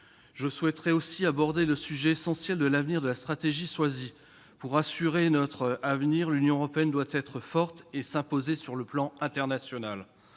Je souhaite aussi aborder le sujet essentiel de l'avenir et de la stratégie choisie. Pour assurer notre avenir, l'Union européenne doit être forte et s'imposer sur le plan international.